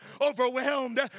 overwhelmed